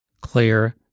clear